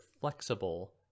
flexible